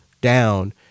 down